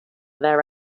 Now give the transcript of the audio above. their